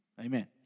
Amen